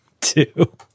two